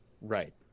right